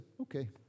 okay